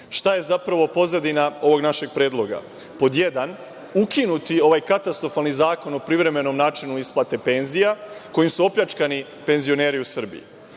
vas. Šta je zapravo pozadina ovog našeg predloga? Pod jedan, ukinuti ovaj katastrofalni Zakon o privremenom načinu isplate penzija, kojim su opljačkani penzioneri u Srbiji,